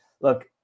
look